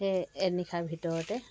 এ এনিশাৰ ভিতৰতে